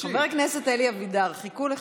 חבר הכנסת אלי אבידר, חיכו לך.